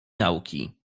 nauki